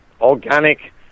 organic